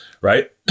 Right